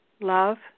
love